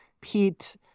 Pete